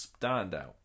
standout